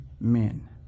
men